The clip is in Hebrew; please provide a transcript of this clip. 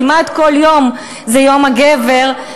כמעט כל יום זה יום הגבר,